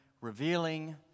revealing